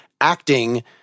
acting